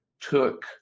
took